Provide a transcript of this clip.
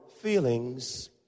feelings